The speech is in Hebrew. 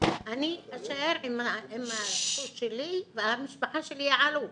אני אשאר עם הרכוש שלי והמשפחה שלי יעלו.